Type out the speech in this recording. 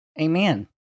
Amen